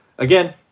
Again